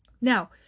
Now